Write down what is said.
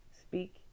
speak